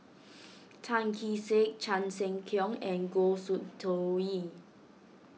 Tan Kee Sek Chan Sek Keong and Goh Soon Tioe